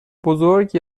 بزرگ